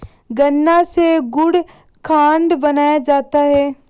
गन्ना से गुड़ खांड बनाया जाता है